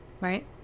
Right